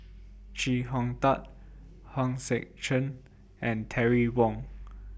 Chee Hong Tat Hong Sek Chern and Terry Wong